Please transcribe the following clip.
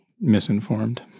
misinformed